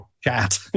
chat